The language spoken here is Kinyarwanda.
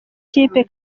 kipe